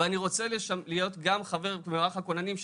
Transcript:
ואני רוצה להיות גם חבר במערך הכוננים,